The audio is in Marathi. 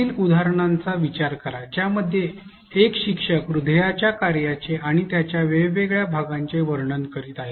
खालील उदाहरणांचा विचार करा ज्यामध्ये एक शिक्षक हृदयाच्या कार्याचे आणि त्याच्या वेगवेगळ्या भागांचे वर्णन करीत आहे